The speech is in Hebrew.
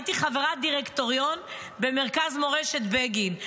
הייתי חברת דירקטוריון במרכז מורשת בגין.